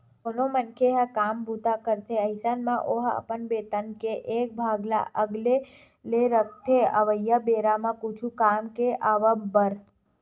कोनो मनखे ह काम बूता करथे अइसन म ओहा अपन बेतन के एक भाग ल अलगे ले रखथे अवइया बेरा म कुछु काम के आवब बर